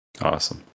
Awesome